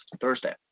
Thursday